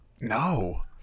No